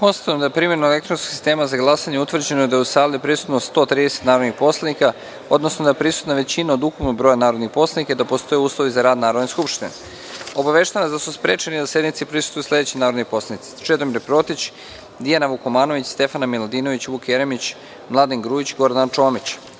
da je primenom elektronskog sistema za glasanje utvrđeno da je u sali prisutno 130 narodnih poslanika, odnosno da je prisutna većina od ukupnog broja narodnih poslanika i da postoji uslovi za rad Narodne skupštine. Obaveštavam vas da su sprečeni da sednici prisustvuju sledeći narodni poslanici: